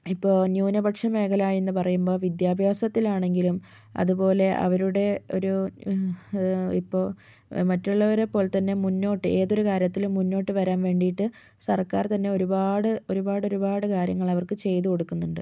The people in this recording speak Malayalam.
ഇപ്പോൾ ന്യൂനപക്ഷ മേഖല എന്ന് പറയുമ്പോൾ വിദ്യാഭ്യാസത്തിലാണെങ്കിലും അതുപോലെ അവരുടെ ഒരു ഇപ്പോൾ മറ്റുള്ളവരെപ്പോലെത്തന്നെ മുന്നോട്ട് ഏതൊരു കാര്യത്തിലും മുന്നോട്ട് വരാൻ വേണ്ടിയിട്ട് സർക്കാർ തന്നെ ഒരുപാട് ഒരുപാടൊരുപാട് കാര്യങ്ങൾ അവർക്ക് ചെയ്ത് കൊടുക്കുന്നുണ്ട്